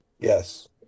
Yes